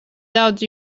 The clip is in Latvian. daudz